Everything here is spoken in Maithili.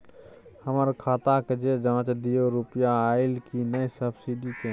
हमर खाता के ज जॉंच दियो रुपिया अइलै की नय सब्सिडी के?